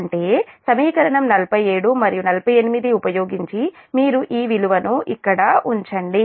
అంటే సమీకరణం 47 మరియు 48 ఉపయోగించి మీరు ఈ విలువను ఇక్కడ ఉంచండి